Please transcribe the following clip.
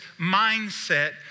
mindset